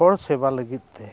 ᱦᱚᱲ ᱥᱮᱵᱟ ᱞᱟᱹᱜᱤᱫ ᱛᱮ